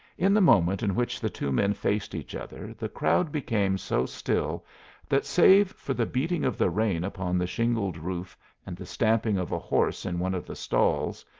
in the moment in which the two men faced each other the crowd became so still that, save for the beating of the rain upon the shingled roof and the stamping of a horse in one of the stalls,